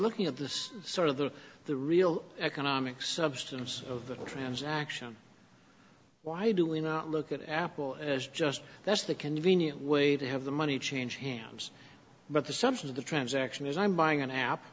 looking at this sort of the the real economic substance of the transaction why do we not look at apple as just that's the convenient way to have the money changed hands but the subset of the transaction is i'm buying an ap